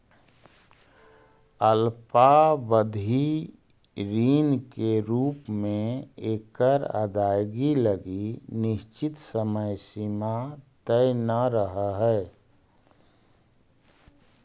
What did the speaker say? अल्पावधि ऋण के रूप में एकर अदायगी लगी निश्चित समय सीमा तय न रहऽ हइ